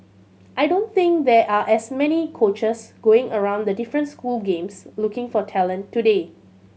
I don't think there are as many coaches going around the different school games looking for talent today